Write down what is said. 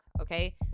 okay